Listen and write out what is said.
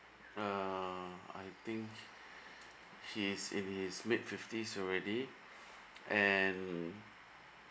uh I think he is in his late fifties already and